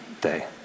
day